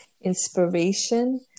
inspiration